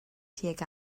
tuag